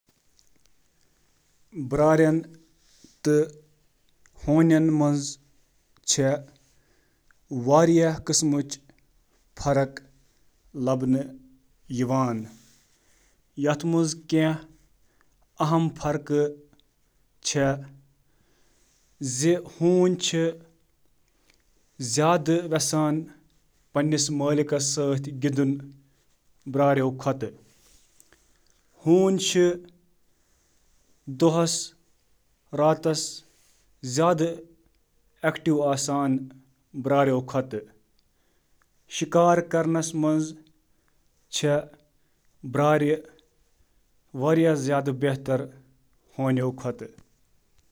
ہونۍ چھِ جانور پیک کران یِم پننِس آقا سٕنٛدِس حُکمَس پٮ۪ٹھ قریبی تہٕ پننہِ مرضی سۭتۍ عمل چھِ کران۔ بیٛارٮ۪ن چھُنہٕ یہِ اَمی فرمانبردٲری ہُنٛد اشتراک کران۔ بیٛارۍ چھِ خۄد مۄختار آسان۔